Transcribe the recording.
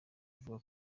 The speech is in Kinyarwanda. avuga